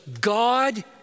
God